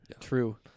true